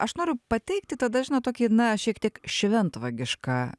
aš noriu pateikti tada žinot tokį na šiek tiek šventvagišką